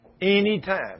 anytime